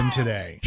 today